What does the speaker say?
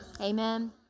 Amen